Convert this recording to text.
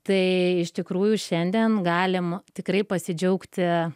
tai iš tikrųjų šiandien galime tikrai pasidžiaugti